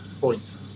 Points